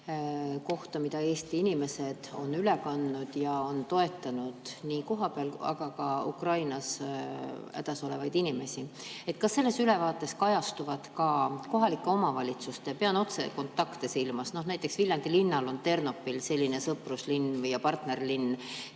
kohta, mida Eesti inimesed on üle kandnud ja toetanud nii kohapeal kui ka Ukrainas hädas olevaid inimesi. Kas selles ülevaates kajastuvad ka kohalike omavalitsuste [toetused]? Pean silmas otsekontakte. Näiteks Viljandi linnal on Ternopil selline sõpruslinn ja partnerlinn,